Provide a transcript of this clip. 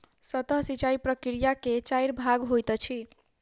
सतह सिचाई प्रकिया के चाइर भाग होइत अछि